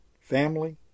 family